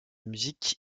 musique